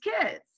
kids